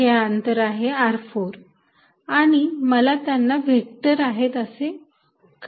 हे अंतर आहे r4 आणि मला त्यांना व्हेक्टर आहेत असे काढू द्या